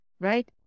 right